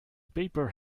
paper